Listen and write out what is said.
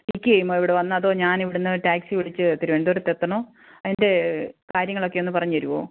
പിക്ക് ചെയ്യുമോ ഇവിടെ വന്ന് അതോ ഞാൻ ഇവിടുന്ന് ടാക്സി വിളിച്ച് തിരുവനന്തപുരത്ത് എത്തണോ അതിന്റെ കാര്യങ്ങളൊക്കെ ഒന്ന് പറഞ്ഞ് തരുമോ